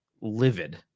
livid